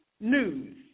news